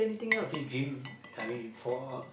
actually gym uh I mean for